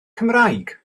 cymraeg